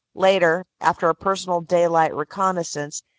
later, after a personal daylight recon naissance,